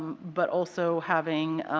but, also, having